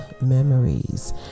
memories